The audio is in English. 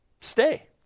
stay